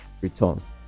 returns